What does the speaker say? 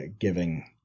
giving